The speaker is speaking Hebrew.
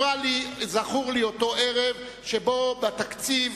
זכור לי אותו ערב שבו בעניין התקציב